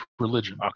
religion